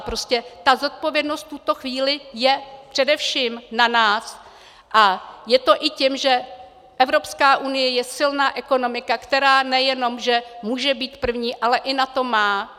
Prostě ta zodpovědnost v tuto chvíli je především na nás a je to i tím, že Evropská unie je silná ekonomika, která nejenom že může být první, ale i na to má.